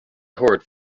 horde